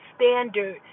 standard